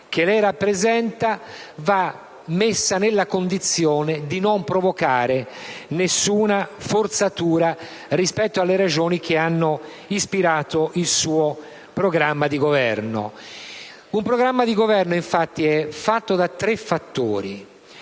che lei rappresenta, va messa nella condizione di non provocare nessuna forzatura rispetto alle ragioni che hanno ispirato il suo programma di Governo. Infatti, un programma di Governo è fatto di tre fattori.